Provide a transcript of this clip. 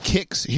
Kicks